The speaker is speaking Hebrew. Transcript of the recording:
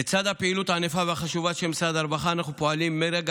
לצד הפעילות הענפה והחשובה של משרד הרווחה אנחנו פועלים מרגע